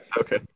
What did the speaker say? Okay